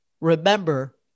remember